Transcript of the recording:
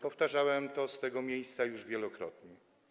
Powtarzałem to z tego miejsca już wielokrotnie.